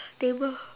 table